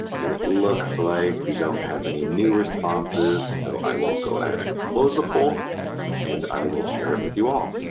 and it looks like we don't have any new responses so i will go ahead and close the poll and i will share it with you all.